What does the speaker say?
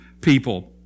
people